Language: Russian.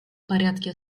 порядке